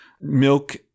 milk